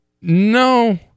no